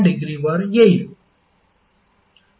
87° वर येईल